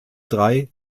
drei